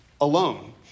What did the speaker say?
alone